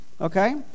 Okay